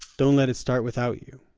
don't let it start without you